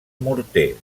morter